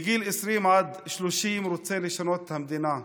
מגיל 20 עד 30 הוא רוצה לשנות את המדינה,